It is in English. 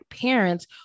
parents